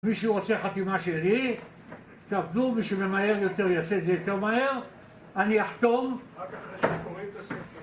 מי שרוצה חתימה שלי, תעבדו בשביל למהר יותר יפה, זה יותר מהר, אני יחתום